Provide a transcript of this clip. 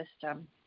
system